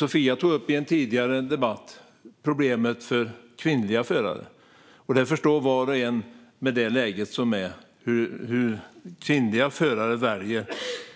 Sofia Westergren tog i en tidigare debatt upp problemet för kvinnliga förare. Var och en förstår ju hur kvinnliga förare väljer